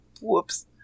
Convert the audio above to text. Whoops